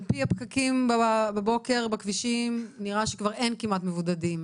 על פי הפקקים בבוקר בכבישים נראה שכבר אין כמעט מבודדים.